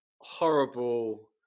horrible